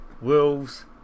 wolves